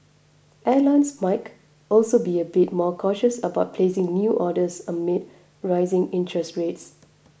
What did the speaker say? airlines Mike also be a bit more cautious about placing new orders amid rising interest rates